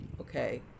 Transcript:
okay